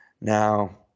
Now